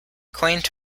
quaint